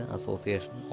Association